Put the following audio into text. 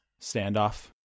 standoff